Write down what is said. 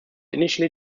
initially